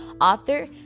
author